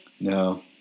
no